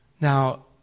Now